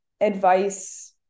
advice